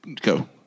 go